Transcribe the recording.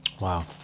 Wow